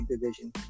division